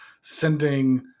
sending